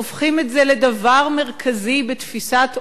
הופכים את זה לדבר מרכזי בתפיסת עולמם,